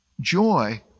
joy